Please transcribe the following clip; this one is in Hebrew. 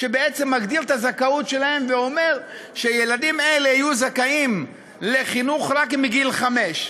שמגדיר את הזכאות שלהם ואומר שילדים אלה יהיו זכאים לחינוך רק מגיל חמש.